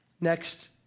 Next